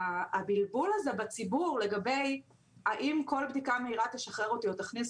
הבלבול הזה בציבור לגבי האם כל בדיקה מהירה תשחרר אותי או תכניס